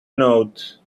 note